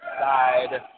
side